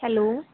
hello